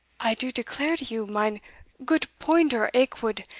i do declare to you, mine goot poinder aikwood,